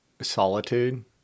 solitude